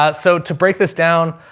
ah so to break this down,